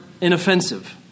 inoffensive